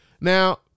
Now